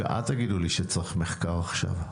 אל תגידו לי שצריך מחקר עכשיו.